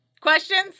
Questions